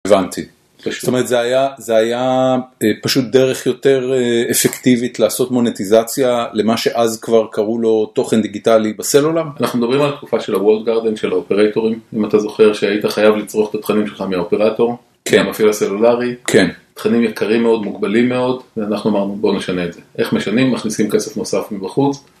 הבנתי, זאת אומרת זה היה פשוט דרך יותר אפקטיבית לעשות מונטיזציה למה שאז כבר קרו לו תוכן דיגיטלי בסלולר? אנחנו מדברים על תקופה של הוולד גארדן של האופרטורים, אם אתה זוכר שהיית חייב לצרוך את התכנים שלך מהאופרטור, כן, מהמפעיל הסלולרי, תכנים יקרים מאוד, מוגבלים מאוד ואנחנו אמרנו בואו נשנה את זה, איך משנים מכניסים כסף נוסף מבחוץ.